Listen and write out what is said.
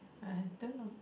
I don't know